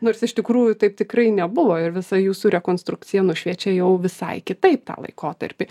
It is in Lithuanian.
nors iš tikrųjų taip tikrai nebuvo ir visa jūsų rekonstrukcija nušviečia jau visai kitaip tą laikotarpį